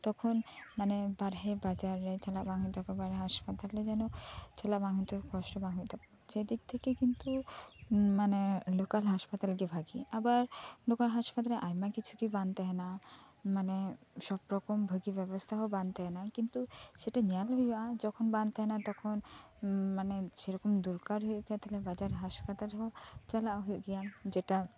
ᱛᱚᱠᱷᱚᱱ ᱢᱟᱱᱮ ᱵᱟᱨᱦᱮ ᱵᱟᱡᱟᱨ ᱨᱮ ᱪᱟᱞᱟᱜ ᱵᱟᱝ ᱦᱩᱭᱩᱜ ᱛᱟᱠᱚᱣᱟ ᱦᱟᱸᱥᱯᱟᱛᱟᱞ ᱫᱚ ᱡᱮᱱᱚ ᱪᱟᱞᱟᱜ ᱵᱟᱝ ᱦᱩᱭᱩᱜ ᱛᱟᱠᱚ ᱠᱚᱥᱴᱚ ᱵᱟᱝ ᱦᱩᱭᱩᱜ ᱛᱟᱠᱚ ᱥᱮᱫᱤᱠ ᱛᱷᱮᱠᱮ ᱠᱤᱱᱛᱩ ᱢᱟᱱᱮ ᱞᱳᱠᱟᱞ ᱦᱟᱸᱥᱯᱟᱛᱟᱞ ᱵᱷᱟᱜᱤ ᱟᱵᱟᱨ ᱞᱳᱠᱟᱞ ᱦᱟᱚᱸᱥᱯᱟᱛᱟᱞ ᱨᱮ ᱟᱭᱢᱟ ᱠᱤᱪᱷᱩ ᱜᱮ ᱵᱟᱝ ᱛᱟᱦᱮᱸᱱᱟ ᱢᱟᱱᱮ ᱥᱚᱵᱽ ᱨᱚᱠᱚᱢ ᱵᱷᱟᱜᱤ ᱵᱮᱵᱚᱥᱛᱷᱟ ᱦᱚᱸ ᱵᱟᱝ ᱛᱟᱦᱮᱸᱱᱟ ᱠᱤᱱᱛᱩ ᱥᱮᱴᱟ ᱧᱮᱞ ᱦᱩᱭᱩᱜᱼᱟ ᱡᱚᱠᱷᱚᱱ ᱵᱟᱝ ᱛᱟᱦᱮᱸᱱᱟ ᱛᱚᱠᱷᱚᱱ ᱢᱟᱱᱮ ᱥᱮ ᱨᱚᱠᱚᱢ ᱫᱚᱨᱠᱟᱨ ᱦᱩᱭᱩᱜ ᱠᱷᱟᱡ ᱵᱟᱡᱟᱨ ᱨᱮ ᱦᱟᱸᱥᱯᱟᱛᱟᱞ ᱨᱮᱦᱚᱸ ᱪᱟᱞᱟᱜ ᱦᱩᱭᱩᱜ ᱜᱮᱭᱟ ᱡᱮᱴᱟ